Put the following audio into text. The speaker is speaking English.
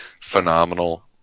phenomenal